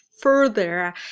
further